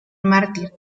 mártir